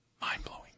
mind-blowing